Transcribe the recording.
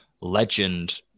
legend